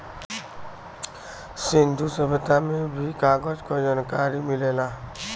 सिंन्धु सभ्यता में भी कागज क जनकारी मिलेला